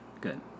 good